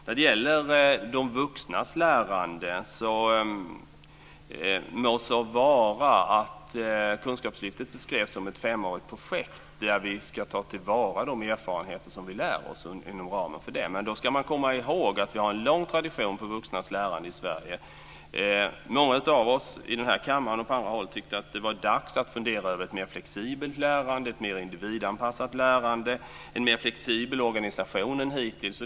När det sedan gäller de vuxnas lärande må det så vara att Kunskapslyftet beskrevs som ett femårigt projekt där vi ska ta till vara de erfarenheter som vi får inom ramen för det. Men då ska man komma ihåg att vi har en lång tradition för vuxnas lärande i Sverige. Många av oss i kammaren och på andra håll tyckte att det var dags att fundera över ett mer flexibelt lärande, ett mer individanpassat lärande och en mer flexibel organisation än hittills.